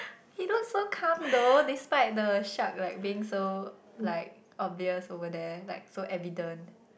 he looks so calm though despite the shark like being so like obvious over there like so evident